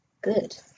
Good